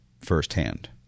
firsthand